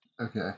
Okay